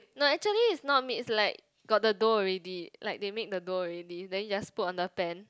no actually it's not mixed like got the dough already like they make the dough already then you just put on the pan